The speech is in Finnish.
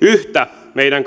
yhtä meidän